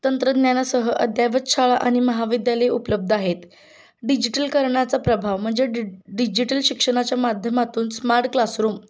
तंत्रज्ञानासह अद्ययावत शाळा आणि महाविद्यालय उपलब्ध आहेत डिजिटलकरणाचा प्रभाव म्हणजे डि डिजिटल शिक्षणाच्या माध्यमातून स्मार्ट क्लासरूम